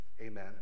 amen